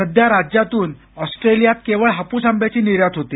सध्या राज्यातून ऑस्ट्रेलियात केवळ हापूस आंब्याची निर्यात होते